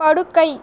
படுக்கை